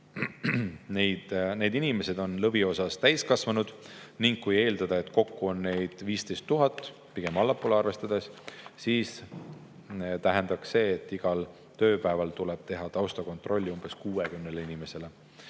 Need inimesed on lõviosas täiskasvanud, ning kui eeldada, et kokku on neid 15 tuhat (pigem allapoole arvestades), siis tähendaks see, et igal tööpäeval tuleb teha taustakontrolli u 60 inimesele.